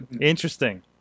Interesting